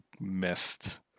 missed